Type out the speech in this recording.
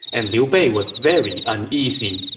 and liu bei was very uneasy.